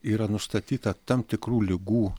yra nustatyta tam tikrų ligų